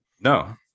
No